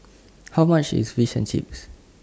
How much IS Fish and Chips